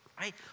Right